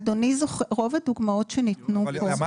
אדוני, רוב הדוגמאות שניתנו פה זה של רפואה.